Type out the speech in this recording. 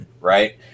right